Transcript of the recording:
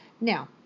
Now